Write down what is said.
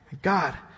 God